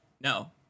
no